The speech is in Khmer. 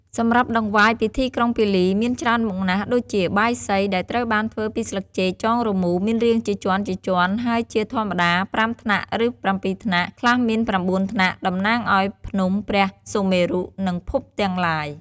សម្រាប់តង្វាយពិធីក្រុងពាលីមានច្រើនមុខណាស់ដូចជា បាយសី ដែលត្រូវបានធ្វើពីស្លឹកចេកចងរមូរ មានរាងជាជាន់ៗ ហើយជាធម្មតា ៥ ថ្នាក់ ឬ ៧ ថ្នាក់ ខ្លះមាន ៩ ថ្នាក់ តំណាងឲ្យភ្នំព្រះសុមេរុ និងភពទាំងឡាយ។